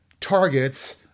targets